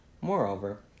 Moreover